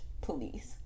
police